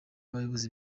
abayobozi